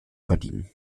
verdienen